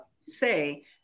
say